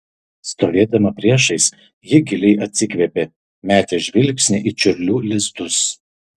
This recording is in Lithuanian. stovėdama priešais ji giliai atsikvėpė metė žvilgsnį į čiurlių lizdus